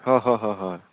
হয় হয় হয় হয়